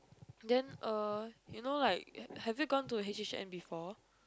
then uh you know like have you gone to H_H_N before